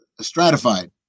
stratified